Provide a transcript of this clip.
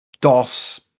DOS